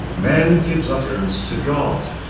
man gives utterance to god.